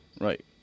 Right